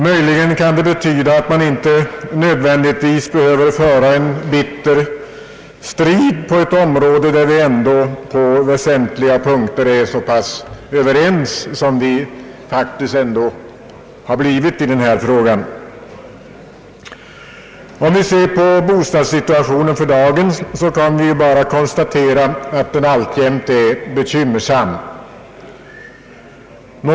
Möjligen kan det betyda att man inte nödvändigtvis behöver föra en bitter strid på ett område, där vi ändå på väsentliga punkter är så pass överens som vi faktiskt har blivit i den här frågan. Om vi betraktar bostadssituationen i dag kan vi bara konstatera att den alltjämt är bekymmersam.